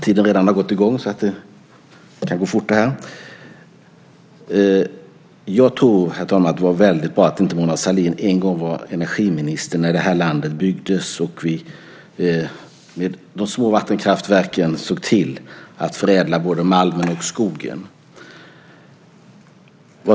Herr talman! Jag tror att det är bra att inte Mona Sahlin var energiminister när det här landet byggdes och vi med de små vattenkraftverken såg till att förädla både malmen och skogen.